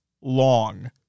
long